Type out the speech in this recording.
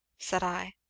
said i.